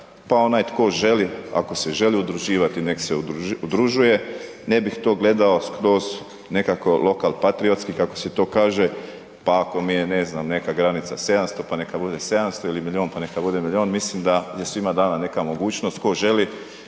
Pa onaj tko želi, ako se želi udruživati nek se udružuje, ne bih to gledao skroz nekako lokalpatriotski kako se to kaže, pa ako mi je ne znam neka granica 700 pa neka bude 700 ili milion, pa neka bude milion. Mislim da je svima dana neka mogućnost tko želi